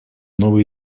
новой